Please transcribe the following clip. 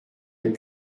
est